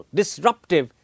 disruptive